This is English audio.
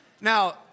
Now